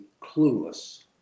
clueless